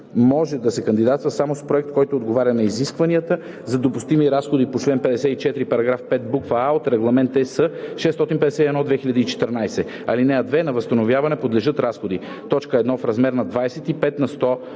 може да се кандидатства само с проект, който отговаря на изискванията за допустими разходи по чл. 54, параграф 5, буква „а“ от Регламент (ЕС) № 651/2014. (2) На възстановяване подлежат разходи: 1. в размер на 25 на сто